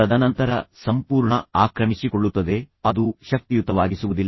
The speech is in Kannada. ತದನಂತರ ಸಂಪೂರ್ಣ ಆಕ್ರಮಿಸಿಕೊಳ್ಳುತ್ತದೆ ಮತ್ತು ನಂತರ ಅದು ಶಕ್ತಿಯುತವಾಗಿಸುವುದಿಲ್ಲ